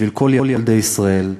בשביל כל ילדי ישראל,